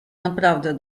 naprawdę